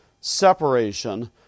separation